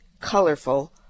colorful